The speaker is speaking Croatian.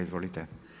Izvolite.